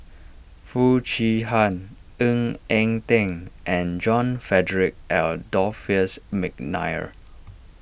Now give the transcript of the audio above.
Foo Chee Han Ng Eng Teng and John Frederick Adolphus McNair